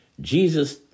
Jesus